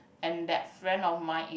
and that friend of mine is